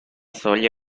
soglia